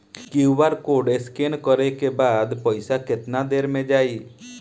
QR code scan न करे क बाद पइसा केतना देर म जाई?